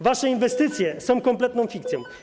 Wasze inwestycje są kompletną fikcją.